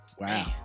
Wow